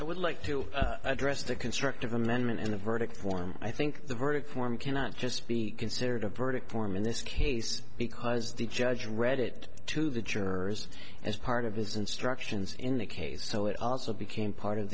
i would like to address the constructive amendment in a verdict form i think the verdict form cannot just be considered a verdict form in this case because the judge read it to the jurors as part of his instructions in the case so it also became part of